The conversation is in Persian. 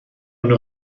اینو